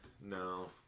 No